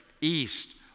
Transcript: east